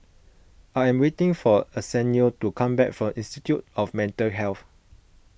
I am waiting for Arsenio to come back from Institute of Mental Health